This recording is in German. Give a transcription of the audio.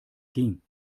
ging